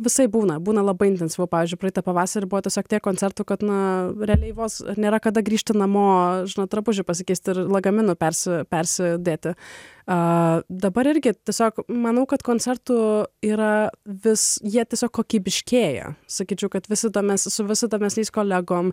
visaip būna būna labai intensyvu pavyzdžiui praeitą pavasarį buvo tiesiog tiek koncertų kad na realiai vos nėra kada grįžti namo nuo drabužių pasikeisti ir lagaminų persi persidėti a dabar irgi tiesiog manau kad koncertų yra vis jie tiesiog kokybiškėja sakyčiau kad visi tą mes su visu ta mes kolegom